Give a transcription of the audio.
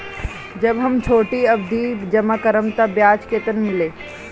जब हम छोटी अवधि जमा करम त ब्याज केतना मिली?